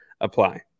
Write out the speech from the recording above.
apply